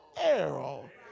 arrow